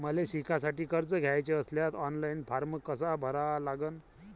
मले शिकासाठी कर्ज घ्याचे असल्यास ऑनलाईन फारम कसा भरा लागन?